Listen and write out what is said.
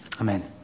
amen